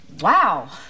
Wow